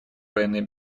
военной